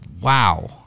Wow